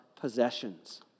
possessions